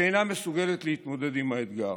שאינה מסוגלת להתמודד עם האתגר.